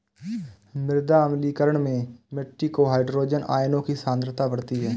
मृदा अम्लीकरण में मिट्टी में हाइड्रोजन आयनों की सांद्रता बढ़ती है